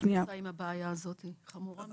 מה את עושה עם הבעיה הזאת היא חמורה מאוד?